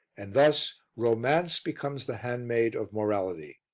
and thus romance becomes the handmaid of morality.